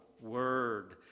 Word